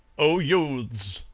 oh, youths,